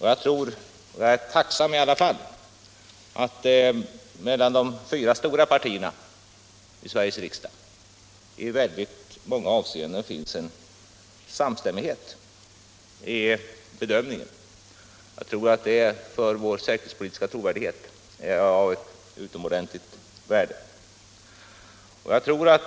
Jag är tacksam för att det mellan de fyra stora partierna i Sveriges riksdag i många avseenden råder samstämmighet i bedömningen. Jag tror att det för vår säkerhetspolitiska trovärdighet är av ett utomordentligt stort värde.